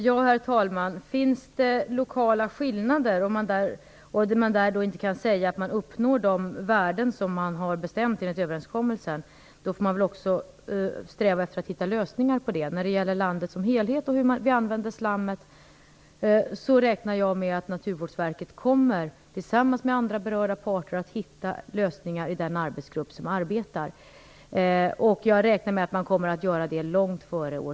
Herr talman! Finns det lokala skillnader och det då inte kan sägas att de värden uppnås som bestämts enligt överenskommelsen, får man väl sträva efter att hitta lösningar för det. När det gäller landet som helhet och hur vi använder slammet räknar jag med att Naturvårdsverket tillsammans med andra berörda parter kommer att hitta lösningar i den arbetsgrupp som arbetar med detta. Jag räknar med att man gör det långt före år